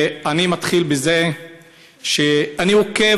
ואני מתחיל בזה שאני עוקב,